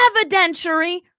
evidentiary